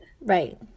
Right